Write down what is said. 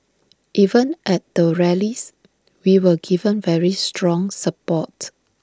even at the rallies we were given very strong support